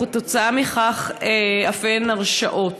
וכתוצאה מכך אף אין הרשעות,